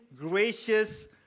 gracious